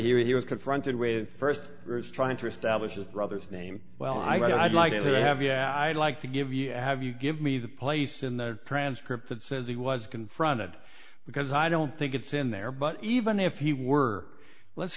here he was confronted with st trying to establish his brother's name well i'd like to have yeah i'd like to give you have you give me the place in the transcript that says he was confronted because i don't think it's in there but even if he were let's